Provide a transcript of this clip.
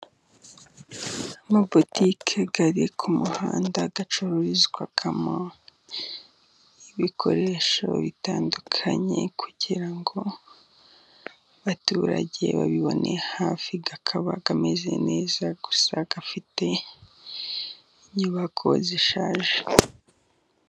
Amabutike iri ku muhanda acururizwamo ibikoresho bitandukanye kugira ngo baturage babibone hafi, akaba ameze neza gusa afite inyubako zishaje.